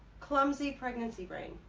clumsy pregnancy brain.